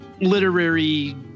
literary